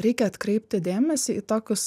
reikia atkreipti dėmesį į tokius